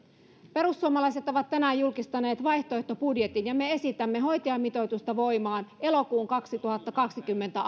perussuomalaiset ovat tänään julkistaneet vaihtoehtobudjetin ja me esitämme hoitajamitoitusta voimaan elokuun kaksituhattakaksikymmentä